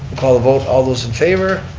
call a vote, all those in favor?